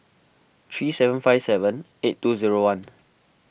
three seven five seven eight two zero one